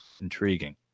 intriguing